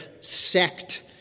sect